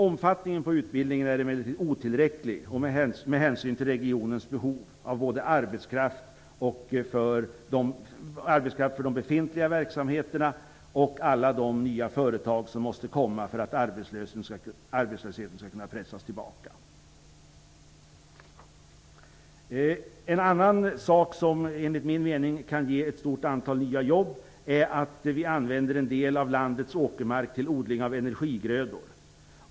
Omfattningen på utbildningarna är emellertid otillräcklig med hänsyn till regionens behov av både arbetskraft för de befintliga verksamheterna och alla de nya företag som måste komma till stånd för att arbetslösheten skall kunna pressas tillbaka. En annan sak som, enligt min mening, kan ge ett stort antal nya jobb är att vi använder en del av landets åkermark till odling av energigrödor.